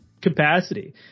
capacity